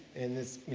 and there's, you